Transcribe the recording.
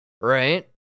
Right